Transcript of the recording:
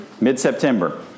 Mid-September